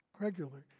regularly